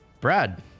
Brad